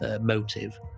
motive